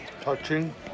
Touching